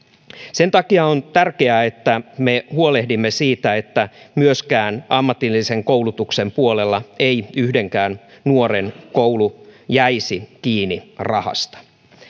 sen takia on tärkeää että me huolehdimme siitä että myöskään ammatillisen koulutuksen puolella ei yhdenkään nuoren koulu jäisi kiinni rahasta